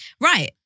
Right